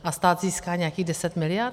A stát získá nějakých 10 mld.